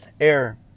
air